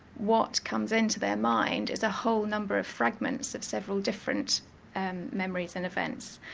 what comes into their mind is a whole number of fragments of several different and memories and events,